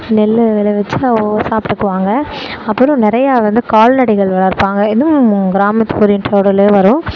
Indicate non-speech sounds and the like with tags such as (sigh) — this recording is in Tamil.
நெல் விளைவிச்சி அவங்கவுங்க சாப்பிட்டுக்குவாங்க அப்புறம் நிறையா வந்து கால்நடைகள் வளர்ப்பாங்க இதுவும் கிராமத்து (unintelligible) வரும்